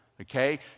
Okay